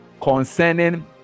concerning